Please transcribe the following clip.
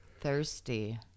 Thirsty